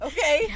Okay